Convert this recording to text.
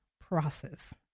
process